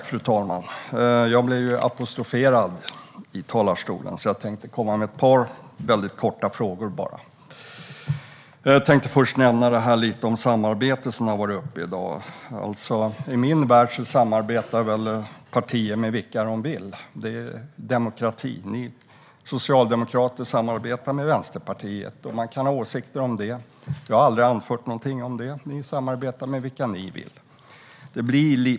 Fru talman! Jag blev apostroferad i talarstolen, så jag tänkte komma med ett par väldigt korta frågor. Först tänkte jag säga något om samarbete, som har varit uppe i dag. I min värld samarbetar partier med vilka de vill. Det är demokrati. Ni socialdemokrater samarbetar med Vänsterpartiet. Man kan ha åsikter om detta, men jag har aldrig anfört någonting om det. Ni samarbetar med vilka ni vill.